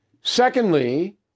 Secondly